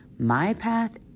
MyPath